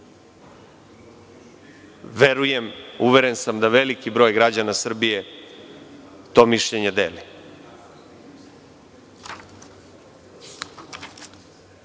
Verujem, uveren sam da veliki broj građana Srbije to mišljenje deli. Juče